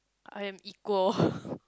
I am equal